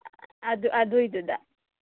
ꯑꯗꯨꯏꯗꯨꯗ